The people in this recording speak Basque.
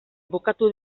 bukatu